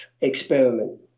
experiment